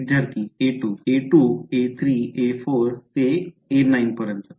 विद्यार्थीa2 a2 a3 a4 a5 a9